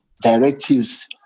directives